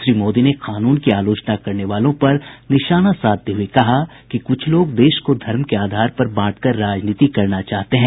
श्री मोदी ने कानून की आलोचना करने वालों पर निशाना साधते हुए कहा कि कुछ लोग देश को धर्म के आधार पर बांटकर राजनीति करना चाहते हैं